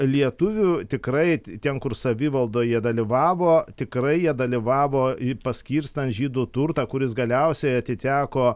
lietuvių tikrai ten kur savivaldoj jie dalyvavo tikrai jie dalyvavo i paskirstant žydų turtą kuris galiausiai atiteko